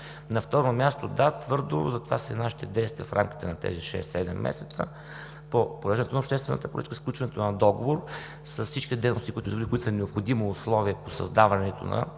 На второ място – да, твърдо, затова са и нашите действия в рамките на тези шест-седем месеца, по провеждането на обществената поръчка, сключването на договор с всички дейности, които са необходимо условие по създаването на